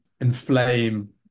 inflame